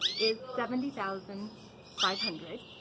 is seventy thousand five hundred.